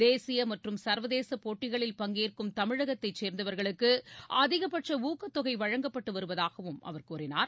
தேசிய மற்றும் சா்வதேச போட்டிகளில் பங்கேற்கும் தமிழகத்தைச் சோ்ந்தவா்களுக்கு அதிகபட்ச ஊக்கத்தொகை வழங்கப்பட்டு வருவதாகவும் அவர் கூறினார்